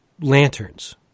lanterns